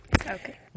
Okay